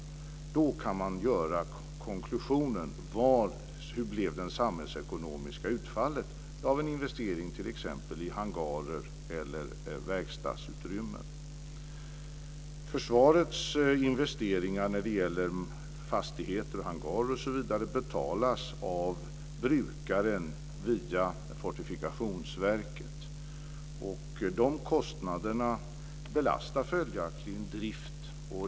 Då kan man göra konklusionen hur det samhällsekonomiska utfallet blev av en investering i t.ex. hangarer eller verkstadsutrymmen. Försvarets investeringar när det gäller fastigheter, hangarer osv. betalas av brukaren via Fortifikationsverket. De kostnaderna belastar följaktligen drift.